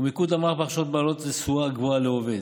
ומיקוד המערך בהכשרות בעלות תשואה גבוהה לעובד.